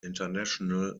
international